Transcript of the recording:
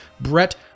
Brett